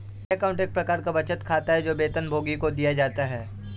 salary account एक प्रकार का बचत खाता है, जो वेतनभोगी को दिया जाता है